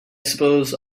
suppose